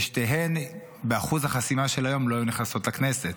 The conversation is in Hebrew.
ושתיהן באחוז החסימה של היום לא היו נכנסות לכנסת.